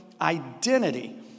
identity